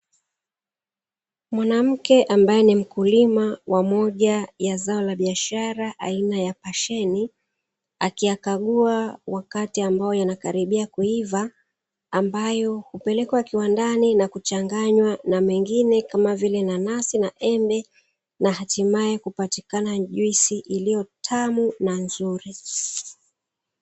Mwanamke ambaye ni mkulima wa moja ya zao la biashara aina ya pasheni, akiyakagua wakati ambao yanakaribia kuiva, ambayo hupelekwa kiwandani na kuchanganywa na mengine kama vile nanasi na embe na hatimaye kupatikana juisi iliyo tamu na nzuri.